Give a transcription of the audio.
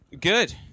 Good